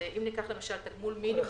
אם ניקח למשל תגמול מינימום